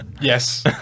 yes